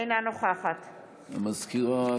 אינה נוכחת המזכירה,